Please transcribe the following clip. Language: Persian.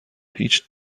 هیچ